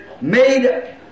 made